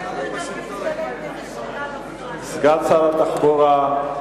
סגן שר התחבורה.